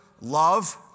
love